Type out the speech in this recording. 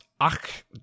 ach